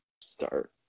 start